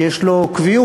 שיש לו קביעות,